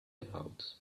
about